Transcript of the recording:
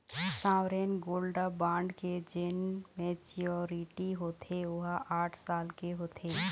sovereign gold bond के जेन maturity होथे ओहा आठ साल के होथे